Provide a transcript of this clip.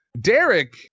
Derek